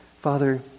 Father